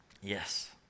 Yes